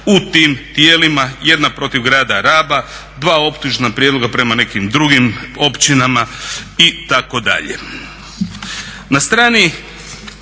u tim tijelima, jedna protiv grada Raba, dva optužna prijedloga prema nekim drugim općinama itd. Na strani